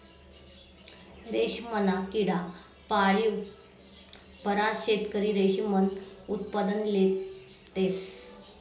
रेशमना किडा पाळीन बराच शेतकरी रेशीमनं उत्पादन लेतस